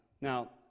Now